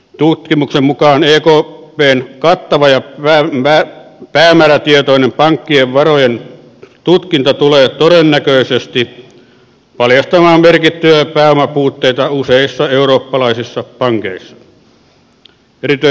tutkimuksen mukaan ekpn kattava ja päämäärätietoinen pankkien varojen tutkinta tulee todennäköisesti paljastamaan merkittäviä pääomapuutteita useissa eurooppalaisissa pankeissa